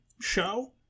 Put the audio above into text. show